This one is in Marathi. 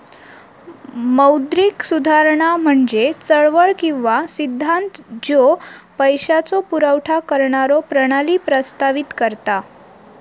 मौद्रिक सुधारणा म्हणजे चळवळ किंवा सिद्धांत ज्यो पैशाचो पुरवठा करणारो प्रणाली प्रस्तावित करता